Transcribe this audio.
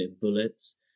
bullets